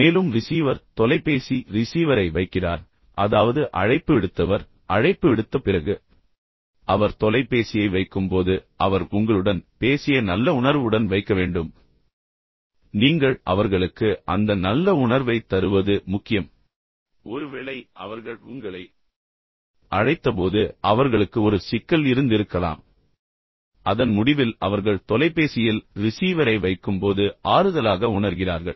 மேலும் ரிசீவர் தொலைபேசி ரிசீவரை வைக்கிறார் அதாவது அழைப்பு விடுத்தவர் அழைப்பு விடுத்த பிறகு அவர் அல்லது அவள் தொலைபேசியை வைக்கும்போது அவர் உங்களுடன் பேசிய நல்ல உணர்வுடன் வைக்க வேண்டும் நீங்கள் அவர்களுக்கு அந்த நல்ல உணர்வைத் தருவது முக்கியம் ஒருவேளை அவர்கள் மிகவும் மோசமான மனநிலையுடன் தொடங்கினர் ஒருவேளை அவர்கள் உங்களை அழைத்தபோது அவர்களுக்கு ஒரு சிக்கல் இருந்திருக்கலாம் ஒருவேளை அவர்கள் கோபமாக இருந்திருக்கலாம் ஆனால் அதன் முடிவில் அவர்கள் தொலைபேசியில் ரிசீவரை வைக்கும்போது ஆறுதலாக உணர்கிறார்கள்